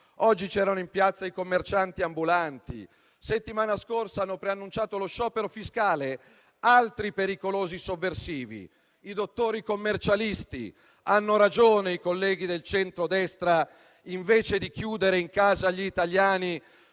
Oggi c'erano in piazza i commercianti ambulanti, la settimana scorsa hanno preannunciato lo sciopero fiscale altri pericolosi sovversivi, i dottori commercialisti. Hanno ragione i colleghi del centrodestra: invece di chiudere in casa gli italiani,